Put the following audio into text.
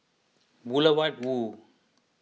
Boulevard Vue